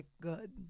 good